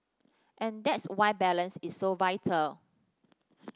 and that's why balance is so vital